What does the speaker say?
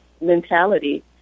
mentality